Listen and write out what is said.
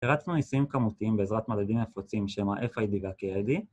‫הרצנו ניסויים כמותיים ‫בעזרת מדדים נפוצים ‫בשם ה-FID וה-KID.